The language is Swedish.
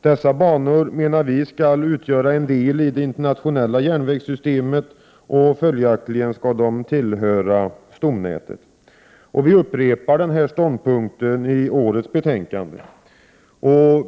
Dessa banor, menar vi, skall utgöra en del i det internationella järnvägssystemet, följaktligen skall de tillhöra stomnätet. Vi upprepar denna ståndpunkt i årets betänkande.